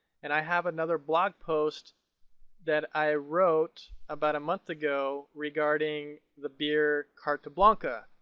and i have another blog post that i wrote about a month ago regarding the beer carta blanca.